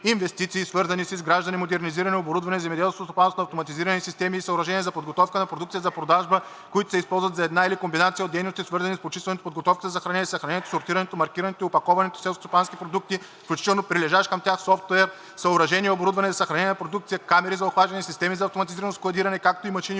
Инвестиции, свързани с изграждане/модернизиране/ оборудване в земеделското стопанство на автоматизирани системи и съоръжения за подготовка на продукцията за продажба, които се използват за една или комбинация от дейности, свързани с почистването, подготовката за съхранение, съхранението, сортирането, маркирането и опаковането селскостопански продукти, вкл. прилежащ към тях софтуер – съоръжения и оборудване за съхранение на продукцията – камери за охлаждане, системи за автоматизирано складиране, както и машини